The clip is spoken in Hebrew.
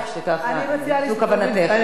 כך בדיוק כוונתך, אני בטוחה.